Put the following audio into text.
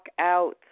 out